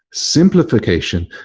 simplification,